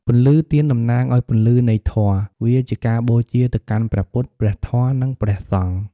ពន្លឺទៀនតំណាងឲ្យពន្លឺនៃធម៌ វាជាការបូជាទៅកាន់ព្រះពុទ្ធ ព្រះធម៌ និងព្រះសង្ឃ។